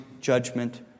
judgment